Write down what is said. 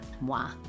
moi